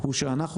שאנחנו